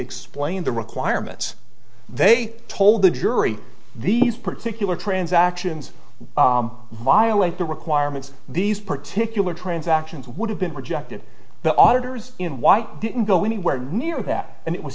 explain the requirements they told the jury these particular transactions violate the requirements of these particular transactions would have been rejected the auditors in white didn't go anywhere near that and it was